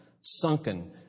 sunken